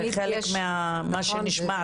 זה חלק ממה שנשמע.